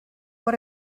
what